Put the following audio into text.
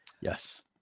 Yes